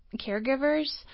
caregivers